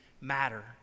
matter